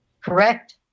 Correct